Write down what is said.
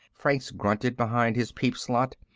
franks grunted behind his peep slot.